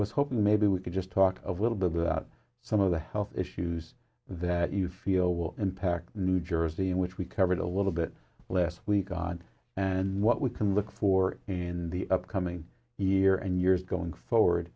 was hoping maybe we could just talk a little bit about some of the health issues that you feel will impact new jersey which we covered a little bit last week god and what we can look for in the upcoming year and years going forward